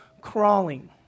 crawling